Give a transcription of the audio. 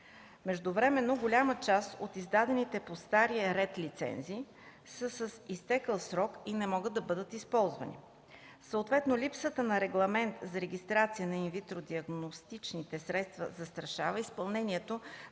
Междувременно голяма част от издадените по стария ред лицензи са с изтекъл срок и не могат да бъдат използвани. Съответно липсата на регламент за регистрация на инвитро диагностичните средства застрашава изпълнението